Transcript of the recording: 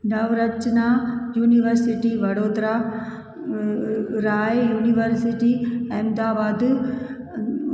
Navrachna university Vadodara अ Rai university Ahmedabad